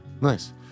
Nice